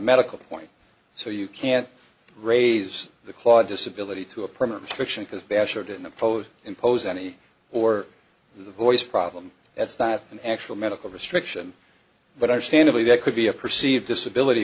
medical point so you can't raise the claw disability to approach fiction because basher didn't oppose impose any or the voice problem that's not an actual medical restriction but understandably that could be a perceived disability